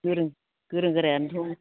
गोरों गोरा गोरायानथ'